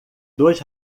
dois